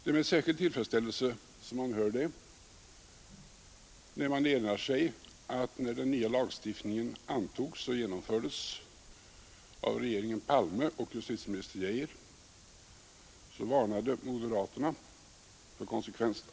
Det är med särskild tillfredsställelse man hör detta när man erinrar sig att då den nya lagen antogs av riksdagen på förslag av regeringen Palme varnade moderaterna för konsekvenserna.